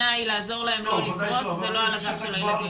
לעזור להם לא לקרוס אבל לא על הגב של הילדים.